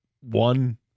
one